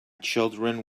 children